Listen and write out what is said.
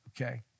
okay